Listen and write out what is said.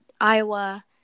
Iowa